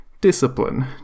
Discipline